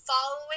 following